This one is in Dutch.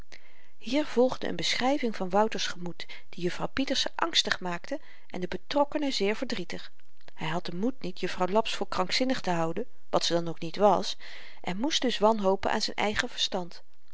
hier volgde een beschryving van wouter's gemoed die juffrouw pieterse angstig maakte en den betrokkene zeer verdrietig hy had den moed niet juffrouw laps voor krankzinnig te houden wat ze dan ook niet was en moest dus wanhopen aan z'n eigen verstand